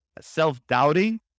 self-doubting